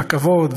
הרכבות,